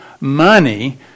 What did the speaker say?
money